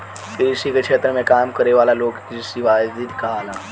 कृषि के क्षेत्र में काम करे वाला लोग कृषिविद कहाला